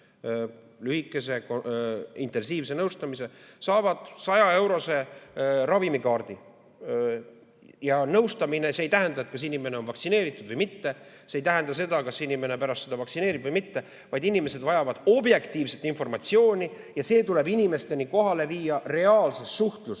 lühikese intensiivse nõustamise, saavad 100‑eurose ravimikaardi. Ja ei [arvestata], kas inimene on vaktsineeritud või mitte, kas inimene pärast seda vaktsineerib või mitte. Inimesed vajavad objektiivset informatsiooni ja see tuleb inimesteni kohale viia ka reaalses suhtluses.